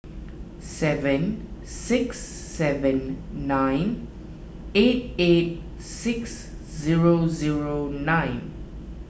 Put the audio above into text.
seven six seven nine eight eight six zero zero nine